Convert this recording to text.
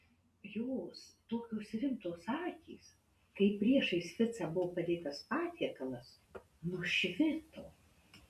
jos tokios rimtos akys kai priešais ficą buvo padėtas patiekalas nušvito